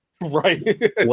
Right